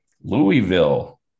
Louisville